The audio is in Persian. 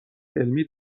علمی